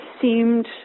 seemed